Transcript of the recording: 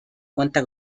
cuenta